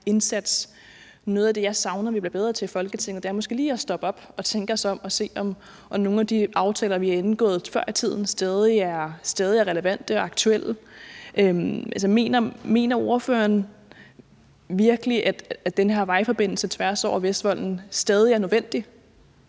Noget af det, jeg savner vi bliver bedre til i Folketinget, er måske lige at stoppe op og tænke os om og se, om nogle af de aftaler, vi har indgået før i tiden, stadig er relevante og aktuelle. Mener ordføreren virkelig, at den her vejforbindelse tværs over Vestvolden stadig er nødvendig?